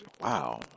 Wow